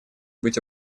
быть